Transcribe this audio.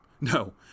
No